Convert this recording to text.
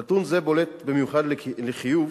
נתון זה בולט במיוחד לחיוב,